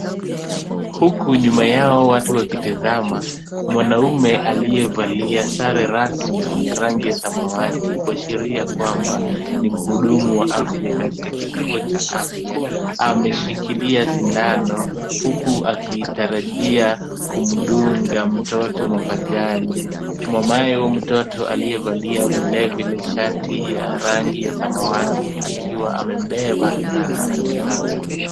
Huku nyuma yao watu wakitazama mwanaume aliyevalia sare rasmi ya rangi ya samawati kuashiria kwamba ni mhudumu wa afya katika kituo cha afya. Ameshikilia sindano huku akitarajia kumdunga mtoto mapajani. Mamaye huyu mtoto aliyevalia vilevile shati ya rangi ya samawati akiwa amembeba na anatazama.